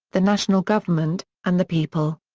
the national government, and the people.